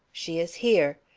she is here.